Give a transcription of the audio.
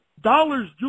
dollars